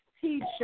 teacher